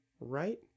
Right